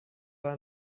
war